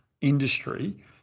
industry